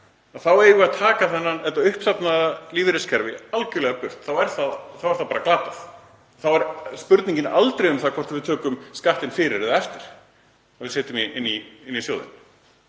þá eigum við að taka þetta uppsafnaða lífeyriskerfi algjörlega burt. Þá er það bara glatað. Þá var spurningin aldrei um það hvort við tökum skattinn fyrir eða eftir þegar við setjum inn í sjóðinn.